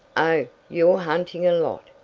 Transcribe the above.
oh, you're hunting a lot!